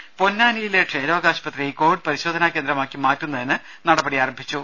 ദരര പൊന്നാനിയിലെ ക്ഷയരോഗാശുപത്രി കോവിഡ് പരിശോധനാ കേന്ദ്രമാക്കി മാറ്റുന്നതിന് നടപടി ആരംഭിച്ചു